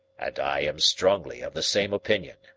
and i am strongly of the same opinion,